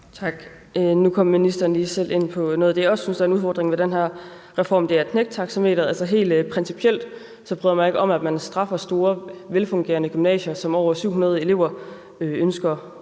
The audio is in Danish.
Tak. Nu kom ministeren også selv lige ind på noget af det, jeg også synes er en udfordring ved den her reform, nemlig knæktaxameteret. Altså, helt principielt bryder jeg mig ikke om, at man straffer store, velfungerende gymnasier, som over 700 elever ønsker